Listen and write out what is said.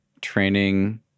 training